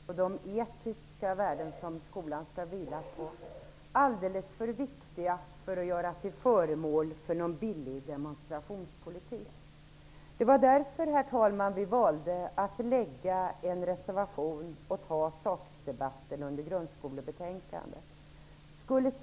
Herr talman! För oss socialdemokrater är frågan om skolans värde och de etiska värden som skolan skall vila på alldeles för viktiga för att göras till föremål för en billig demonstrationspolitik. Det var därför, herr talman, som socialdemokraterna valde att reservera sig och ta sakdebatten vid grundskolebetänkandets behandling.